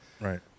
Right